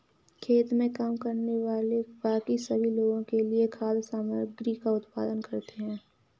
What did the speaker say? खेत में काम करने वाले बाकी सभी लोगों के लिए खाद्य सामग्री का उत्पादन करते हैं